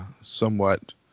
somewhat